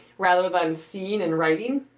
rather than seeing and writing,